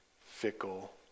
fickle